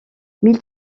mille